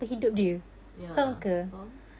ya faham